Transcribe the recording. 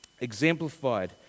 exemplified